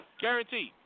Guaranteed